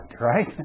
right